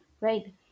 right